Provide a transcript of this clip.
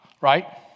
right